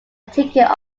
ticket